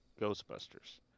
Ghostbusters